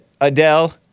Adele